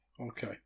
Okay